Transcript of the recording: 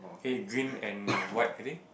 eh green and white I think